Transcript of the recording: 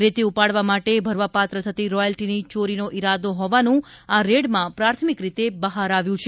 રેતી ઉપાડવા માટે ભરવાપાત્ર થતી રોયલ્ટીની ચોરીનો ઇરાદો હોવાનું આ રેડમાં પ્રાથમિક રીતે બહાર આવ્યું છે